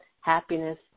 happiness